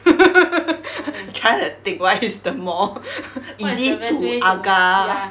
try the think why is the mall easy to agak